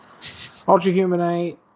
Ultrahumanite